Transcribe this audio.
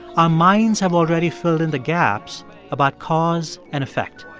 our minds have already filled in the gaps about cause and effect.